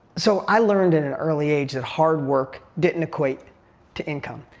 so, i learned at an early age that hard work didn't equate to income.